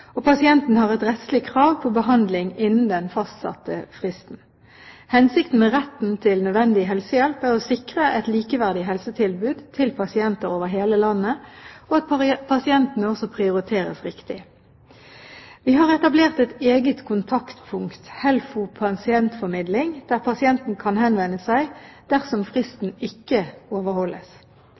og pasienten har et rettslig krav på behandling innen den fastsatte fristen. Hensikten med retten til nødvendig helsehjelp er å sikre et likeverdig helsetilbud til pasienter over hele landet, og at pasientene også prioriteres riktig. Vi har etablert et eget kontaktpunkt, HELFO Pasientformidling, der pasienten kan henvende seg dersom fristen ikke overholdes.